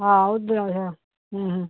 ਹਾਂ ਉਧਰ ਆ ਗਿਆ